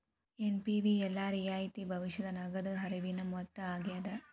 NPV ಎಲ್ಲಾ ರಿಯಾಯಿತಿ ಭವಿಷ್ಯದ ನಗದ ಹರಿವಿನ ಮೊತ್ತ ಆಗ್ಯಾದ